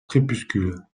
crépuscule